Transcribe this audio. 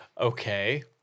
Okay